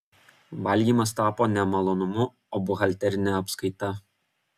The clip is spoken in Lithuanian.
valgymas tapo ne malonumu o buhalterine apskaita